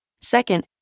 Second